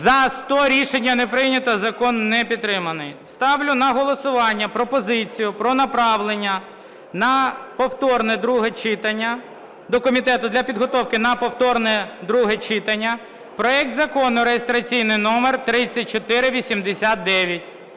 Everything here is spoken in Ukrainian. За-100 Рішення не прийнято. Закон не підтриманий. Ставлю на голосування пропозицію про направлення на повторне друге читання до комітету для підготовки на повторне друге читання проект Закону реєстраційний номер 3489.